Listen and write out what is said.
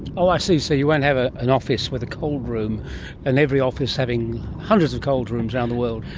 i see, so you won't have ah an office with a cold room and every office having hundreds of cold rooms around the world.